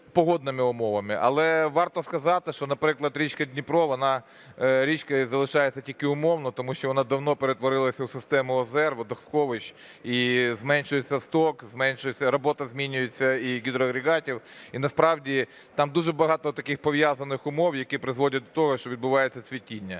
погодними умовами. Але варто сказати, що, наприклад, річка Дніпро, вона річкою залишається тільки умовно, тому що вона давно перетворилася у систему озер, водосховищ і зменшується сток, зменшується… робота змінюється і гідроагрегатів. І насправді там дуже багато таких пов'язаних умов, які призводять до того, що відбувається цвітіння.